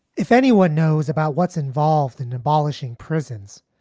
if anyone knows about what's involved in abolishing prisons,